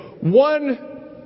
One